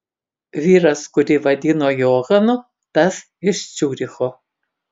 vyras kurį vadino johanu tas iš ciuricho